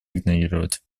игнорировать